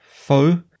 foe